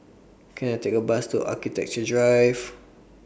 Can I Take A Bus to Architecture Drive